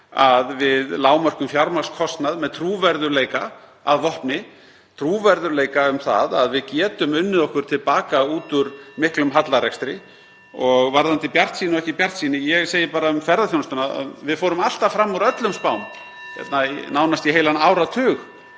að við lágmörkum fjármagnskostnað með trúverðugleika að vopni, trúverðugleika um það að við getum unnið okkur til baka (Forseti hringir.) út úr miklum hallarekstri. Varðandi bjartsýni og ekki bjartsýni, ég segi bara um ferðaþjónustuna að við fórum alltaf fram úr öllum spám (Forseti hringir.)